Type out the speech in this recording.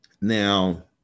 now